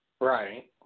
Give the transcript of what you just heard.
Right